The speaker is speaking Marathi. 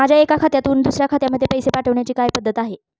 माझ्या एका खात्यातून दुसऱ्या खात्यामध्ये पैसे पाठवण्याची काय पद्धत आहे?